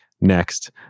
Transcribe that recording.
next